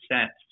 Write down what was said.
sets